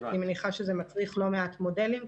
אני מניחה שזה מצריך לא מעט מודלים,